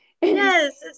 Yes